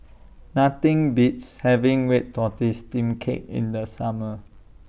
Nothing Beats having Red Tortoise Steamed Cake in The Summer